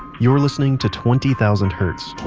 you're listening to twenty thousand hertz.